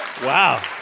Wow